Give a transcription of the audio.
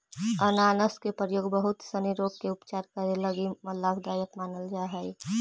अनानास के प्रयोग बहुत सनी रोग के उपचार करे लगी लाभदायक मानल जा हई